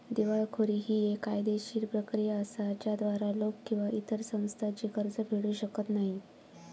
दिवाळखोरी ही येक कायदेशीर प्रक्रिया असा ज्याद्वारा लोक किंवा इतर संस्था जी कर्ज फेडू शकत नाही